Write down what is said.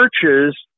churches